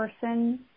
person